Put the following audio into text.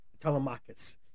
Telemachus